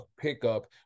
pickup